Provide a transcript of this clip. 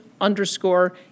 underscore